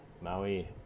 Maui